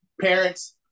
parents